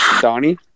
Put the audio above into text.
Donnie